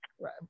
Right